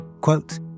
Quote